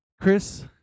Chris